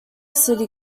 city